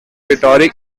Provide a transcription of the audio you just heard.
rhetoric